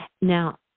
Now